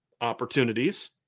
opportunities